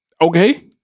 Okay